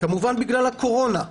כמובן בגלל הקורונה.